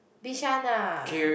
Bishan ah